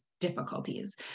difficulties